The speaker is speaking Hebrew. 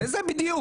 איזה בדיוק?